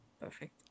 perfect